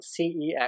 CEX